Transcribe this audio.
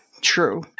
True